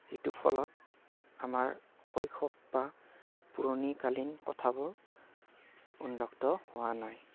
যিটো ফলত আমাৰ শৈশৱ বা পুৰণি কালিন কথাবোৰ হোৱা নাই